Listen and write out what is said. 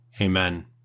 Amen